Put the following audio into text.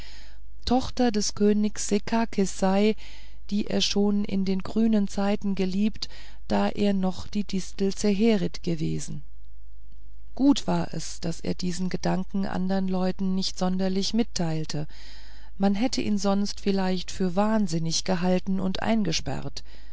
tochter des königs sekakis sei die er schon in der grünen zeit geliebt da er noch die distel zeherit gewesen gut war es daß er diesen gedanken andern leuten nicht sonderlich mitteilte man hätte ihn sonst vielleicht für wahnsinnig gehalten und eingesperrt